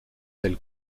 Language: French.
del